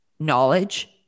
knowledge